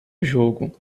jogo